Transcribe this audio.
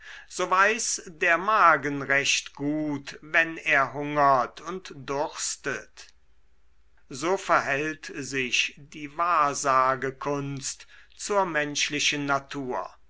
so weiß der magen recht gut wenn er hungert und durstet so verhält sich die wahrsagekunst zur menschlichen natur